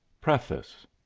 Preface